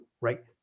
right